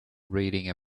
reading